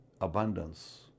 abundance